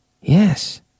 Yes